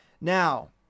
Now